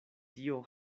tio